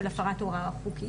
של הפרת הוראה חוקית.